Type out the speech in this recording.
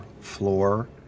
floor